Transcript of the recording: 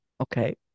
Okay